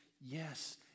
yes